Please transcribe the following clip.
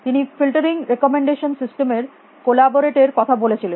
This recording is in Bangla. তিনি ফিল্টারিং রেকমেনডেশান সিস্টেমের এর কোলাবোরেট এর কথা বলেছিলেন